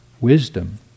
Wisdom